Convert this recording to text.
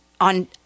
on